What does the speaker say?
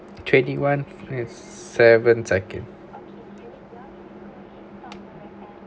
twenty one and seven second